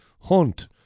Hunt